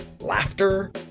laughter